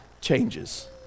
changes